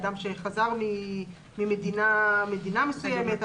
אדם שחזר ממדינה מסוימת,